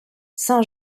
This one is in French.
saint